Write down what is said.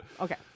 Okay